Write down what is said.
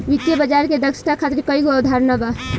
वित्तीय बाजार के दक्षता खातिर कईगो अवधारणा बा